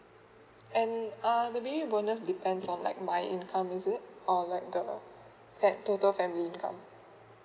and uh the baby bonus depends on like my income is it or like the fa~ total family income